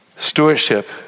Stewardship